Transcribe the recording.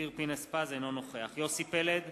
אינו נוכח יוסי פלד,